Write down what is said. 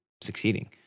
succeeding